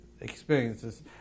experiences